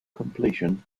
completion